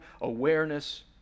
awareness